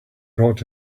brought